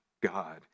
God